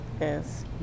yes